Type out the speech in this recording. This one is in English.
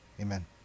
amen